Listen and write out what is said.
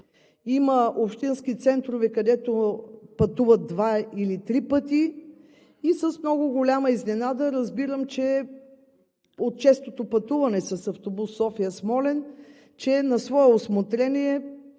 има общински центрове, където пътуват два или три пъти, и с много голяма изненада разбирам, от честото пътуване с автобус София – Смолян, че на свое усмотрение